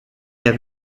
have